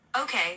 Okay